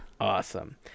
Awesome